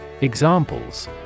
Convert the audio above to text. Examples